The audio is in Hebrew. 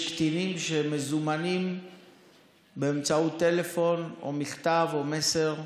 יש קטינים שמזומנים באמצעות טלפון או מכתב או מסר,